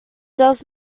does